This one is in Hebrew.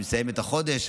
היא מסיימת החודש,